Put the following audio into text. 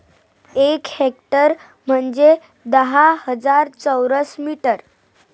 एक हेक्टर म्हंजे दहा हजार चौरस मीटर